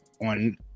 on